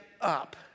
up